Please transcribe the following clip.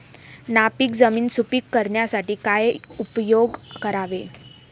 नापीक जमीन सुपीक करण्यासाठी काय उपयोग करावे?